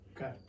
Okay